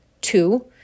Two